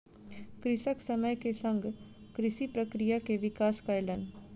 कृषक समय के संग कृषि प्रक्रिया के विकास कयलक